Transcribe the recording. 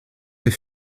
fait